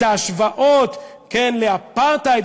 את ההשוואות לאפרטהייד.